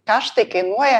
kaštai kainuoja